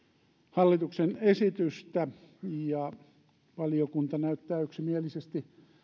hallituksen esitystä valiokunta näyttää yksimielisesti